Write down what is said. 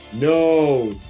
no